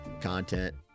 content